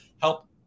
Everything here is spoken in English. help